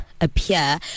appear